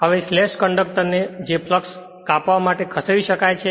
હવે slash conductor જે flux ને કાપવા માટે પણ ખસેડી શકાય છે